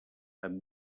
amb